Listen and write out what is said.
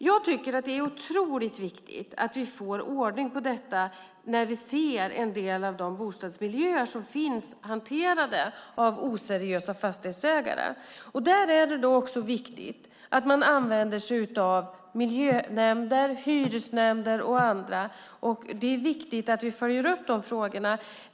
Jag tycker att det är otroligt viktigt att vi får ordning på detta när vi ser en del av de bostadsmiljöer som finns hanterade av oseriösa fastighetsägare. Där är det också viktigt att man använder sig av miljönämnder, hyresnämnder och andra. Det är viktigt att vi följer upp de frågorna.